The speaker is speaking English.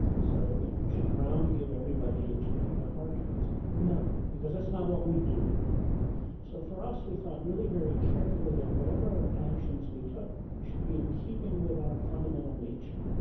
so you know should brown give everybody in jamaica a heart transplant? no, because that's not what we do. so for us, we thought really very carefully that whatever actions we took should be in keeping with our fundamental nature,